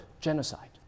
genocide